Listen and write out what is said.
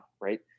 right